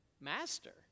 Master